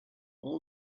all